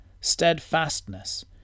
steadfastness